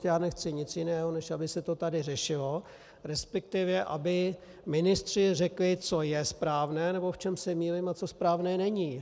Já nechci nic jiného, než aby se to tady řešilo, resp. aby ministři řekli, co je správné, nebo v čem se mýlím a co správné není.